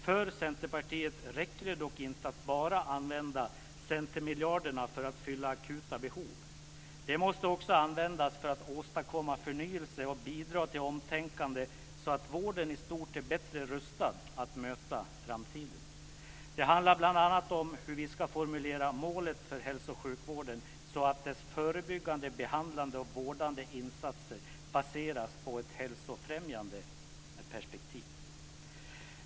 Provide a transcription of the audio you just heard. För Centerpartiet räcker det dock inte att bara använda centermiljarderna för att fylla akuta behov. De måste också användas för att åstadkomma förnyelse och bidra till omtänkande så att vården i stort är bättre rustad att möta framtiden. Det handlar bl.a. om hur vi ska formulera målet för hälso och sjukvården så att dess förebyggande, behandlande och vårdande insatser baseras på ett hälsofrämjande perspektiv.